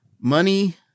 money